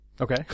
Okay